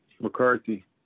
McCarthy